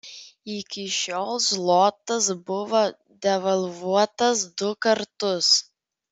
iki šiol zlotas buvo devalvuotas du kartus